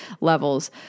levels